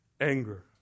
anger